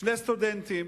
שני סטודנטים